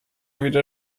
wieder